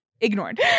Ignored